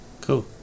Cool